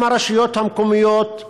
גם הרשויות המקומיות,